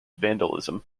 vandalism